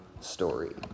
story